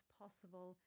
possible